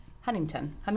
huntington